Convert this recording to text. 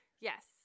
yes